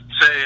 say